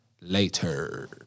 later